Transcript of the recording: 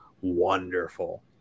wonderful